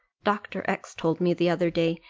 dr. x told me, the other day,